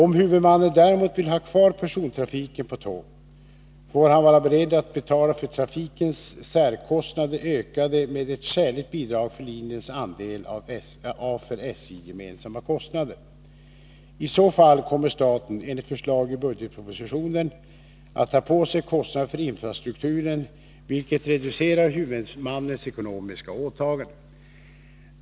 Om huvudmannen däremot vill ha kvar persontrafiken på tåg, får han vara beredd att betala för trafikens särkostnader, ökade med ett skäligt bidrag för linjens andel av för SJ gemensamma kostnader. I så fall kommer staten — enligt förslag i budgetpropositionen — att ta på sig kostnader för infrastrukturen, vilket reducerar huvudmannens ekonomiska åtaganden.